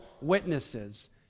witnesses